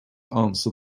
answer